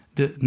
de